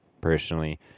personally